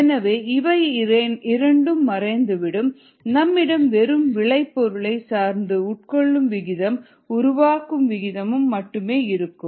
எனவே இவை இரண்டும் மறைந்துவிடும் நம்மிடம் வெறும் விளை பொருளை சார்ந்த உட்கொள்ளும் விகிதமும் உருவாகும் விகிதமும் மட்டும் இருக்கும்